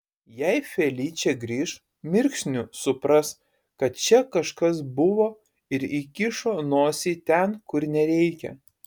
jei feličė grįš mirksniu supras kad čia kažkas buvo ir įkišo nosį ten kur nereikia